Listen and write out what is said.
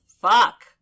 Fuck